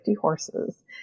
horses